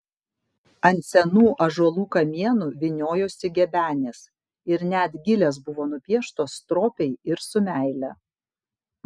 ant senų ąžuolų kamienų vyniojosi gebenės ir net gilės buvo nupieštos stropiai ir su meile